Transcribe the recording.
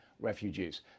refugees